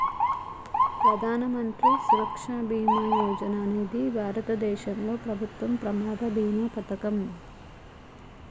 ప్రధాన మంత్రి సురక్ష బీమా యోజన అనేది భారతదేశంలో ప్రభుత్వం ప్రమాద బీమా పథకం